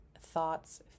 thoughts